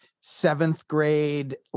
seventh-grade